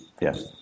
Yes